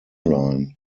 line